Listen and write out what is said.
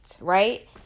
right